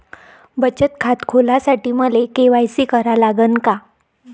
बचत खात खोलासाठी मले के.वाय.सी करा लागन का?